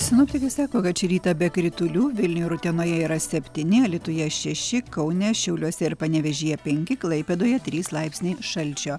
sinoptikai sako kad šį rytą be kritulių vilniuje ir utenoje yra septyni alytuje šeši kaune šiauliuose ir panevėžyje penki klaipėdoje trys laipsniai šalčio